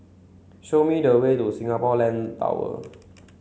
show me the way to Singapore Land Tower